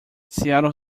seattle